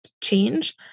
change